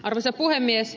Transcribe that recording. arvoisa puhemies